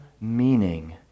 meaning